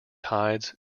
tides